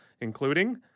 including